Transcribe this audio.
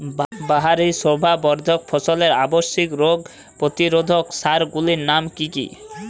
বাহারী শোভাবর্ধক ফসলের আবশ্যিক রোগ প্রতিরোধক সার গুলির নাম কি কি?